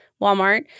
Walmart